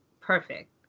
perfect